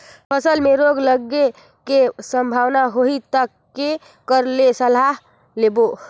फसल मे रोग लगे के संभावना होही ता के कर ले सलाह लेबो?